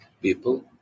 people